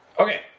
Okay